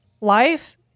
life